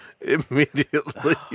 Immediately